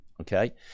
okay